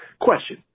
Question